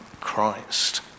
Christ